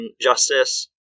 Justice